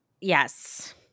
Yes